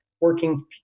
working